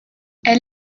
elle